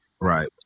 right